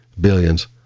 Billions